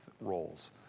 roles